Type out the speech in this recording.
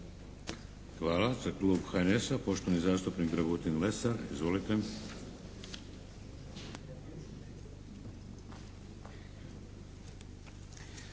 Hvala. Za klub HSLS-a, poštovani zastupnik Zlatko Kramarić. Izvolite.